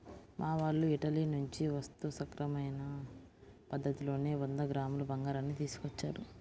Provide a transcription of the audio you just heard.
మా వాళ్ళు ఇటలీ నుంచి వస్తూ సక్రమమైన పద్ధతిలోనే వంద గ్రాముల బంగారాన్ని తీసుకొచ్చారు